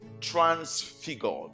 transfigured